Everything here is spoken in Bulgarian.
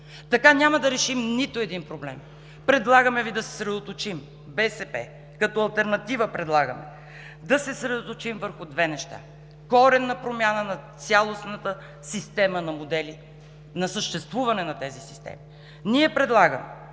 Така няма да решим нито един проблем. Предлагаме Ви да се съсредоточим – БСП като алтернатива предлагаме, да се съсредоточим върху две неща: коренна промяна на цялостната система на модели, на съществуване на тези системи.